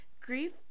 Grief